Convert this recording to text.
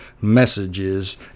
messages